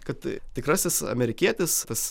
kad tikrasis amerikietis tas